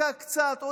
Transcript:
עוד איזה שבוע,